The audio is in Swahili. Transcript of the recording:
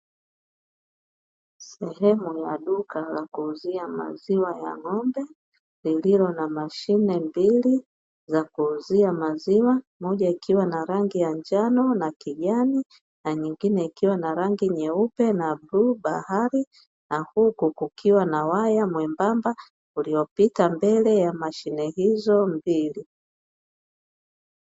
Sehemu ya duka ya kuuzia maziwa ya ngómbe lililo na mashine mbili za kuuzia maziwa moja ikiwa na rangi ya njano na kijani na nyingine ikiwa na rangi nyeupe na bluu bahari na huku kukiwa na waya mwembamba uliyopita mbele ya mashine hizo mbili.